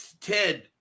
Ted